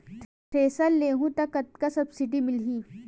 Thresher लेहूं त कतका सब्सिडी मिलही?